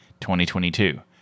2022